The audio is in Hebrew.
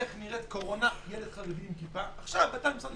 איך נראית קורונה ילד חרדי עם כיפה עכשיו באתר המשרד.